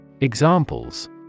Examples